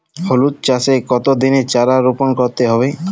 হলুদ চাষে কত দিনের চারা রোপন করতে হবে?